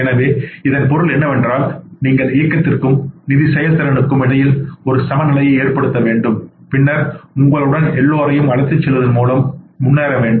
எனவே இதன் பொருள் என்னவென்றால் நீங்கள் இயக்கத்திற்கும் நிதி செயல்திறனுக்கும் இடையில் ஒரு சமநிலையை ஏற்படுத்தவேண்டும் பின்னர் உங்களுடன் எல்லோரையும் அழைத்துச் செல்வதன் மூலம் முன்னேற வேண்டும்